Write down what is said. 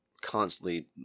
constantly